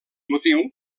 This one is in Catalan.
motiu